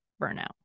burnout